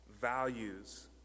values